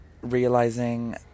realizing